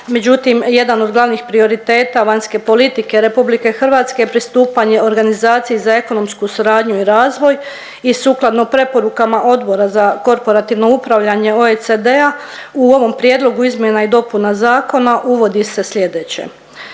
međutim jedan od glavnih prioriteta vanjske politike RH je pristupanje Organizaciji za ekonomsku suradnju i razvoj i sukladno preporukama Odbora za korporativno upravljanje OECD-a u ovom prijedlogu izmjena i dopuna zakona uvodi se slijedeće,